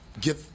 get